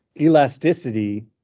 elasticity